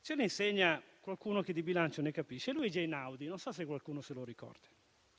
ce lo l'insegna qualcuno che di bilancio ne capisce: Luigi Einaudi, non so se qualcuno se lo ricorda.